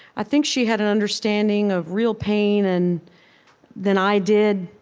i think she had an understanding of real pain and than i did.